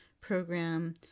Program